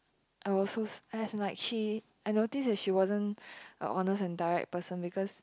I was so s~ as in like she I noticed that she wasn't a honest and direct person because